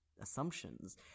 assumptions